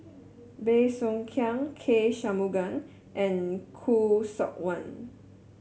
Bey Soo Khiang K Shanmugam and Khoo Seok Wan